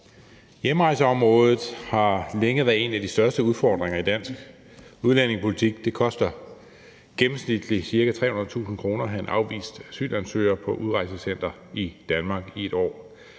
Hjemrejseområdet har længe været en af de største udfordringer i dansk udlændingepolitik. Det koster gennemsnitligt ca. 300.000 kr. at have en afvist asylansøger på et udrejsecenter i Danmark i 1 år.